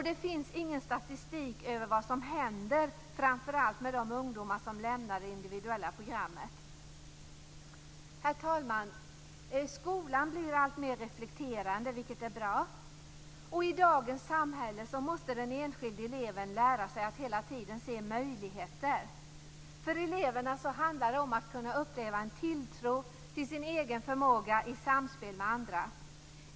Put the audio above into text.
Det finns ingen statistik över vad som händer med de ungdomar som lämnar det individuella programmet. Herr talman! Skolan blir alltmer reflekterande, vilket är bra. I dagens samhälle måste den enskilde eleven lära sig att hela tiden se möjligheter. För eleverna handlar det om att uppleva en tilltro till sin egen förmåga i samspel med andra.